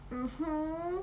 mmhmm